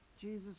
Jesus